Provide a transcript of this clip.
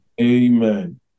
Amen